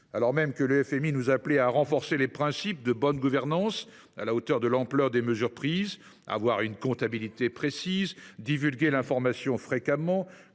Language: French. sérieux. Le FMI nous appelait enfin à « renforcer les principes de bonne gouvernance à la hauteur de l’ampleur des mesures prises » et à « avoir une comptabilité précise, divulguer l’information fréquemment,